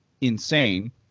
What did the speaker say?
insane